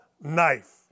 knife